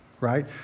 right